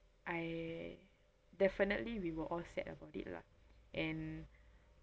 I definitely we were all sad about it lah and